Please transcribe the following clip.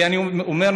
ואני אומר,